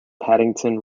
paddington